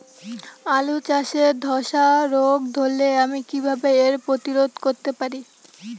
আলু চাষে ধসা রোগ ধরলে আমি কীভাবে এর প্রতিরোধ করতে পারি?